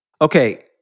Okay